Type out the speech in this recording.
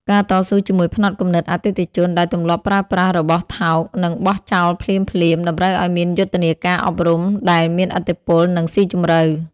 ការតស៊ូជាមួយផ្នត់គំនិតអតិថិជនដែលទម្លាប់ប្រើប្រាស់របស់ថោក និងបោះចោលភ្លាមៗ តម្រូវឱ្យមានយុទ្ធនាការអប់រំដែលមានឥទ្ធិពល និងស៊ីជម្រៅ។